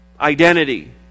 identity